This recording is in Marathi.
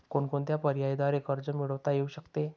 कोणकोणत्या पर्यायांद्वारे कर्ज मिळविता येऊ शकते?